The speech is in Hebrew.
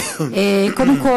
קודם כול,